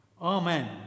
Amen